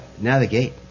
navigate